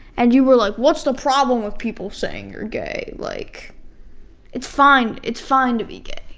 and you were like, what's the problem with people saying you're gay? like it's fine it's fine to be gay.